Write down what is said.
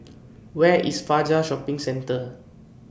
Where IS Fajar Shopping Centre